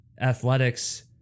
athletics